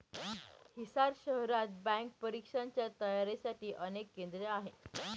हिसार शहरात बँक परीक्षांच्या तयारीसाठी अनेक केंद्रे आहेत